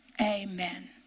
Amen